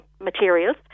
materials